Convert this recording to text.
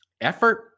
effort